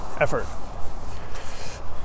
effort